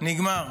נגמר.